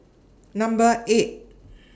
Number eight